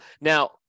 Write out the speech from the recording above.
Now